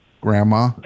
grandma